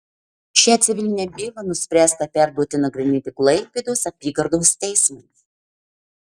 šią civilinę bylą nuspręsta perduoti nagrinėti klaipėdos apygardos teismui